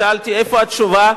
שאלתי איפה התשובה,